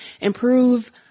improve